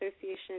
Association